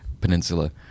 Peninsula